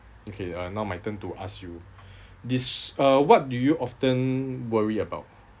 okay uh now my turn to ask you this uh what do you often worry about